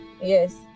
yes